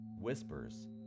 whispers